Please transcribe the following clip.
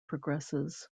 progresses